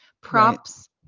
Props